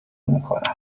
میکنم